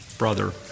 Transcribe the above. brother